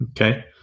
Okay